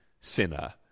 sinner